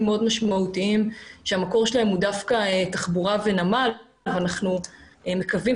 מאוד משמעותיים שהמקור שלהם הוא דווקא תחבורה ונמל ואנחנו מקווים,